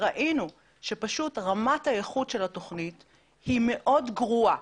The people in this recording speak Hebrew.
ראינו שרמת האיכות של התוכנית היא מאוד גרועה.